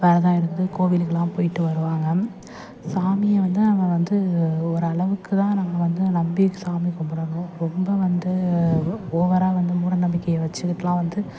விரதம் இருந்து கோவிலுக்கெல்லாம் போய்ட்டு வருவாங்க சாமியை வந்து நம்ம வந்து ஓரளவுக்கு தான் நம்ம வந்து நம்பி சாமி கும்பிடணும் ரொம்ப வந்து ஓ ஓவராக வந்து மூடநம்பிக்கையை வெச்சிக்கிட்டுலாம் வந்து